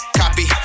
copy